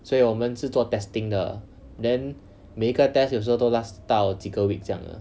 所以我们是做 testing 的 then 每一个 test 有时候都 last 到几个 week 这样的